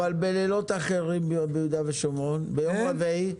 אבל בלילות אחרים ביהודה ושומרון, ביום רביעי?